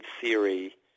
theory